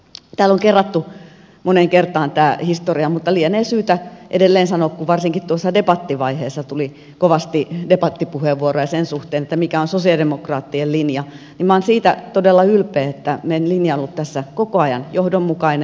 täällä on kerrattu moneen kertaan tämä historia mutta lienee syytä edelleen sanoa kun varsinkin tuossa debattivaiheessa tuli kovasti debattipuheenvuoroja sen suhteen mikä on sosialidemokraattien linja että minä olen siitä todella ylpeä että meidän linjamme on ollut tässä koko ajan johdonmukainen